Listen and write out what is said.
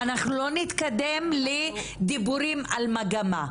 אנחנו לא נתקדם לדיבורים על מגמה,